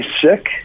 sick